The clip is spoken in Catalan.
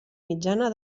mitjana